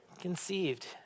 conceived